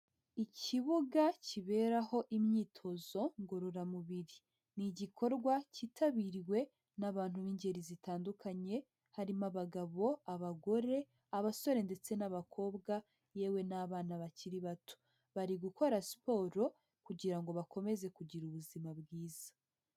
Ikibuga kiberaho imyitozo ngororamubiri. Ni igikorwa cyitabiriwe n'abantu b'ingeri zitandukanye, harimo abagabo, abagore, abasore ndetse n'abakobwa yewe n'abana bakiri bato, bari gukora siporo kugira ngo bakomeze kugira ubuzima bwiza.